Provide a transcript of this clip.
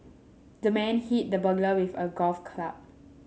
the man hit the burglar with a golf club